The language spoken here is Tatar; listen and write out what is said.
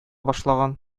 башлаган